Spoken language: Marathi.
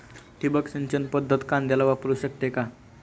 ठिबक सिंचन पद्धत कांद्याला वापरू शकते का?